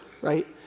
Right